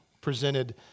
presented